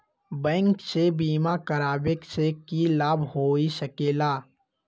Bank से बिमा करावे से की लाभ होई सकेला?